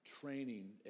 training